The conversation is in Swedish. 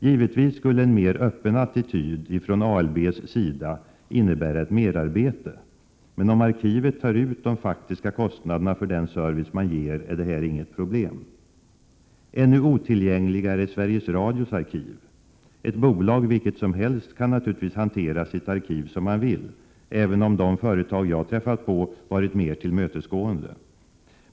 Givetvis skulle en mer öppen attityd från ALB innebära ett merarbete. Men om arkivet tar ut de faktiska kostnaderna för den service man ger är detta inget problem. Ännu otillgängligare är Sveriges Radios arkiv. Ett bolag vilket som helst kan naturligtvis hantera sitt arkiv som man vill, även om de företag jag träffat på varit mer tillmötesgående.